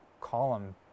column